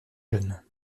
jeune